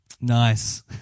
Nice